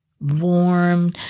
warm